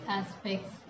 aspects